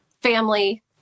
family